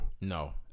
no